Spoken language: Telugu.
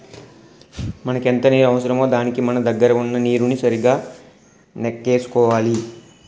మనకెంత నీరు అవసరమో దానికి మన దగ్గర వున్న నీరుని సరిగా నెక్కేసుకోవాలి